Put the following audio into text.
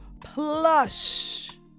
plush